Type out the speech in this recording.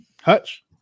Hutch